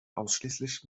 ausschließlich